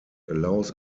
allows